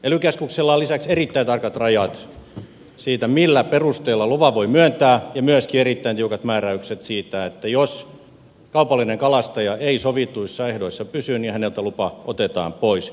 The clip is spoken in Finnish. ely keskuksilla on lisäksi erittäin tarkat rajat siitä millä perusteella luvan voi myöntää ja myöskin erittäin tiukat määräykset siitä että jos kaupallinen kalastaja ei sovituissa ehdoissa pysy häneltä lupa otetaan pois